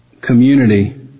community